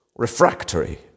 refractory